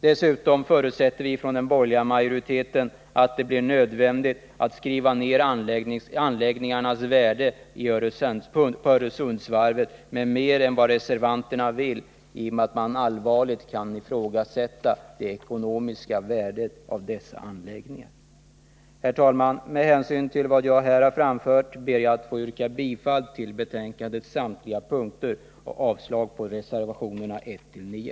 Dessutom förutsätter vi från den borgerliga majoriteten att det blir nödvändigt att skriva ned Öresundsvarvets anlägg 75 j ningsvärde mer än vad reservanterna vill. Man kan nämligen allvarligt ifrågasätta det ekonomiska värdet av dessa anläggningar. Herr talman! Med hänvisning till vad jag här framfört ber jag att få yrka bifall till utskottets hemställan under samtliga punkter och avslag på reservationerna 1-9.